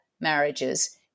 marriages